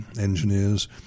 engineers